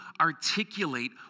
articulate